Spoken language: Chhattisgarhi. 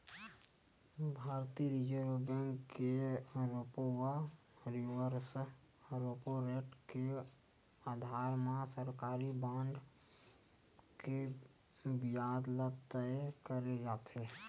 भारतीय रिर्जव बेंक के रेपो व रिवर्स रेपो रेट के अधार म सरकारी बांड के बियाज ल तय करे जाथे